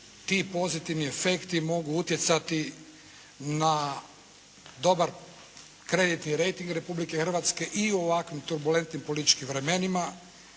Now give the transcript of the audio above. ti pozitivni efekti mogu utjecati na dobar kreditni reiting Republike Hrvatske i u ovakvim turbulentnim političkim vremenima